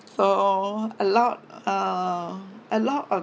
so a lot uh a lot of